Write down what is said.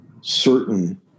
certain